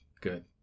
good